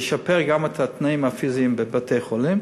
ישתפרו גם התנאים הפיזיים בבתי-חולים,